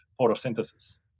photosynthesis